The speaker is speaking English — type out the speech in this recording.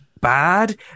bad